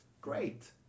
Great